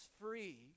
free